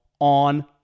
on